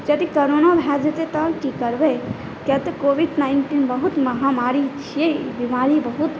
यदि कोरोना भए जेतै तहन की करबै किया तऽ कोविड नाइंटीन बहुत महामारी छियै बीमारी बहुत